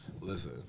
Listen